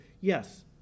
yes